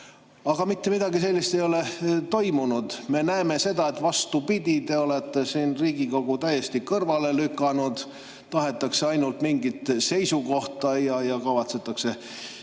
Aga mitte midagi sellist ei ole toimunud. Me näeme vastupidist: te olete Riigikogu täiesti kõrvale lükanud. Tahetakse ainult mingit seisukohta ja kavatsetakse